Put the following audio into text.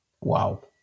Wow